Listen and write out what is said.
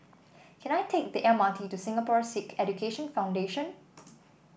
can I take the M R T to Singapore Sikh Education Foundation